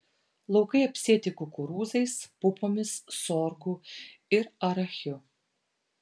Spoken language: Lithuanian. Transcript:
laukai apsėti kukurūzais pupomis sorgu ir arachiu